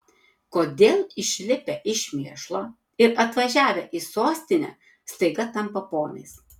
kodėl išlipę iš mėšlo ir atvažiavę į sostinę staiga tampa ponais